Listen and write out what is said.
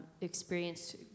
experience